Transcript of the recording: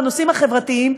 הנושאים החברתיים,